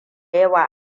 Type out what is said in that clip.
yawa